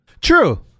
True